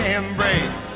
embrace